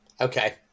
Okay